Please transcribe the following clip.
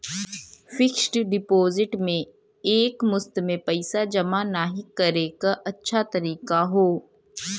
fixed deposit में एक मुश्त में पइसा जमा नाहीं करे क अच्छा तरीका हौ